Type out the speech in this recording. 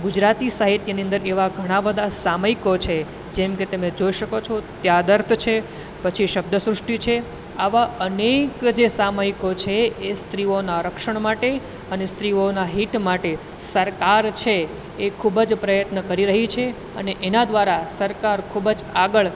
ગુજરાતી સાહિત્યની અંદર એવા ઘણા બધા સામયિકો છે જે જેમ કે તમે જોઈ શકો છો એ આડર્ટ છે પછી શબ્દસૃષ્ટિ છે આવા અનેક જે સામયિકો છે એ સ્ત્રીઓના રક્ષણ માટે અને સ્ત્રીઓના હિત માટે સરકાર છે એ ખૂબ જ પ્રયત્ન કરી રહી છે અને એના દ્વારા સરકાર ખૂબ જ